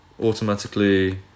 automatically